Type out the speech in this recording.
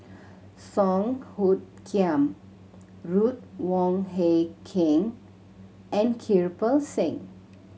Song Hoot Kiam Ruth Wong Hie King and Kirpal Singh